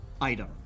item